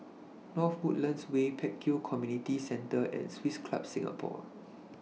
North Woodlands Way Pek Kio Community Centre and Swiss Club Singapore